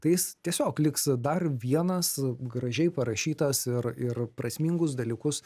tai jis tiesiog liks dar vienas gražiai parašytas ir ir prasmingus dalykus